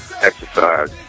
exercise